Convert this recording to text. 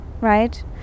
right